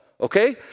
Okay